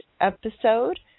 episode